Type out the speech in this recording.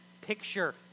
Picture